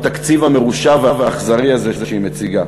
בתקציב המרושע והאכזרי הזה שהיא מציגה.